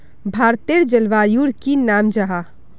भारतेर जलवायुर की नाम जाहा?